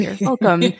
Welcome